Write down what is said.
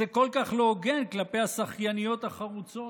זה כל כך לא הוגן כלפי השחייניות החרוצות.